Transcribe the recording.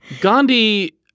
Gandhi